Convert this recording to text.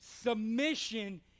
Submission